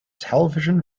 television